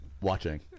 watching